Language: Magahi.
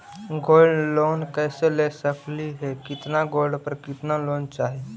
गोल्ड लोन कैसे ले सकली हे, कितना गोल्ड पर कितना लोन चाही?